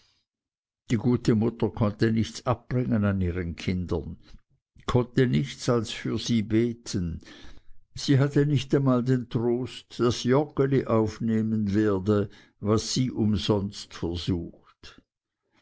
die gute mutter konnte nichts abbringen an ihren kindern konnte nichts als für sie beten sie hatte nicht einmal den trost daß joggeli aufnehmen werde was sie umsonst versucht